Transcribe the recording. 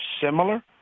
similar